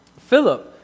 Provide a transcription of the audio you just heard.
Philip